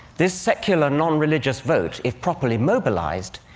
this secular non-religious vote, if properly mobilized,